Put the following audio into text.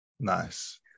nice